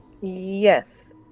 Yes